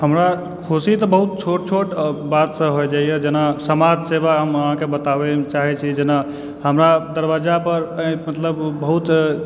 हमरा खुशी तऽ बहुत छोट छोट बातसंँ भए जाइए जेना समाजसेवा हम अहाँकेँ बताबए चाहए छी जेना हमर दरवाजा पर मतलब बहुत